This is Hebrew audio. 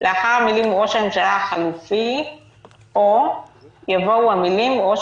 לאחר המילים "ראש הממשלה החלופי או" יבואו המילים "ראש